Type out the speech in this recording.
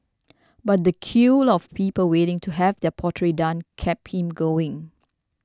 but the queue of people waiting to have their portrait done kept him going